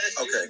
Okay